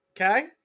okay